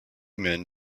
men